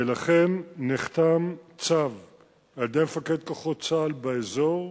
ולכן נחתם צו על-ידי מפקד כוחות צה"ל באזור,